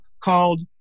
called